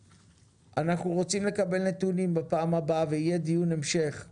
אנחנו רוצים לקבל נתונים בדיון ההמשך שנערוך,